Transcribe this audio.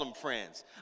friends